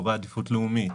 אזורי עדיפות לאומית,